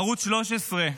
ערוץ 13,